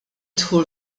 dħul